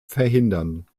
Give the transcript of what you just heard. verhindern